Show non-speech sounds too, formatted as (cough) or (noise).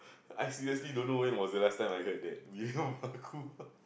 I seriously don't know when was the last time I heard that (laughs) meme about kumar